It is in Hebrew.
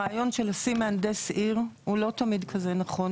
הרעיון של לשים מהנדס עיר הוא לא תמיד כזה נכון.